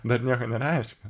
dar nieko nereiškia